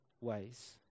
ways